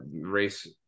race